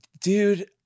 Dude